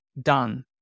done